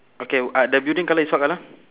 okay uh the building colour is what colour